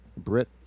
brit